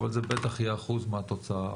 אבל זה בטח יהיה 1% מהתוצר,